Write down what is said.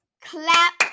Clap